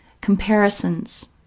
comparisons